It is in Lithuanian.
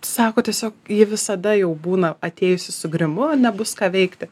sako tiesiog ji visada jau būna atėjusi su grimu nebus ką veikti